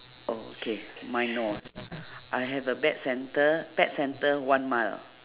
oh okay mine no I have a bad center pet centre one mile